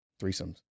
threesomes